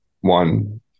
one